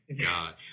God